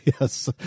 Yes